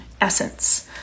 essence